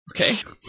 Okay